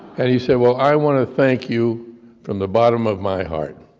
and he said, well i want to thank you from the bottom of my heart,